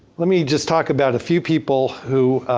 let me just talk about a few people who